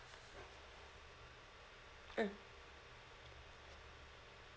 mm